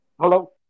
Hello